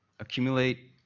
Accumulate